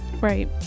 Right